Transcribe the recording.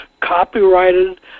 copyrighted